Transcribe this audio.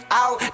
out